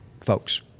folks